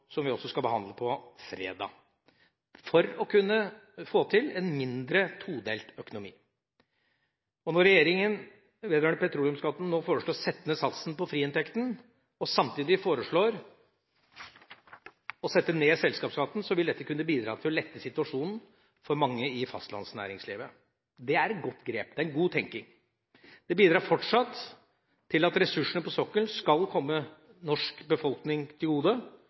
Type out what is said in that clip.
som vi også skal behandle på fredag, for å kunne få til en mindre todelt økonomi. Når regjeringa – vedrørende petroleumsskatten – nå foreslår å sette ned satsen på friinntekten og samtidig foreslår å sette ned selskapsskatten, vil dette kunne bidra til å lette situasjonen for mange i fastlandsnæringslivet. Det er et godt grep, det er en god tenkning. Det bidrar fortsatt til at ressursene på sokkelen skal komme den norske befolkningen til gode.